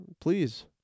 please